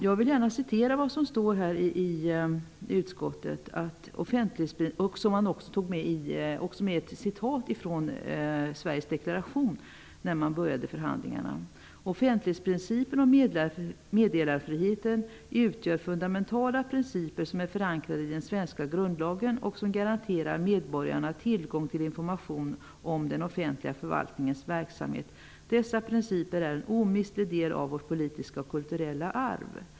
Jag vill gärna citera vad som står i betänkandet och som är ett citat ur Sveriges deklaration när man började förhandlingarna: ''Offentlighetsprincipen och meddelarfriheten utgör fundamentala principer som är förankrade i den svenska grundlagen och som garanterar medborgarna tillgång till information om den offentliga förvaltningens verksamhet. Dessa principer är en omistlig del av vårt politiska och kulturella arv.''